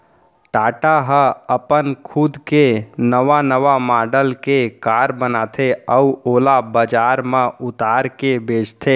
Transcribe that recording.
टाटा ह अपन खुद के नवा नवा मॉडल के कार बनाथे अउ ओला बजार म उतार के बेचथे